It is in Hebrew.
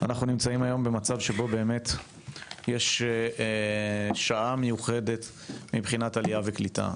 אנחנו נמצאים היום במצב שבו יש שעה מיוחדת מבחינת עלייה וקליטה,